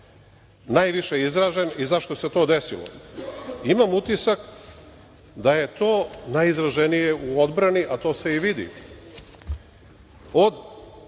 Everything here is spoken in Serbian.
najviše izražen i zašto se to sedilo. Imam utisak da je to najizraženije u odbrani, a to se i vidi.